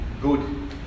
good